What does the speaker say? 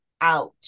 Out